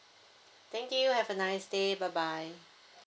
thank you have a nice day bye bye